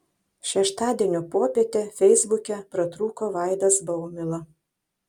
šeštadienio popietę feisbuke pratrūko vaidas baumila